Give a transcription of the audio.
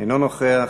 אינו נוכח,